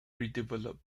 redeveloped